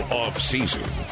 off-season